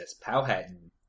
Powhatan